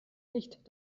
nicht